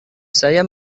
saya